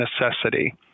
necessity